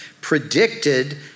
predicted